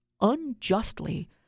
unjustly